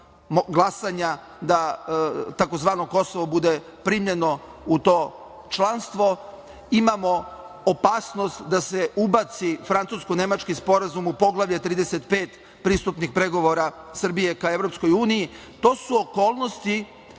da tzv. Kosovo bude primljeno u to članstvo. Imamo opasnost da se ubaci francusko-nemački sporazum u Poglavlje 35 pristupnih pregovora Srbije ka EU. To su okolnosti